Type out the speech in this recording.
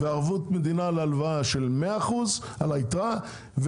וערבות מדינה להלוואה של 100% על היתרה,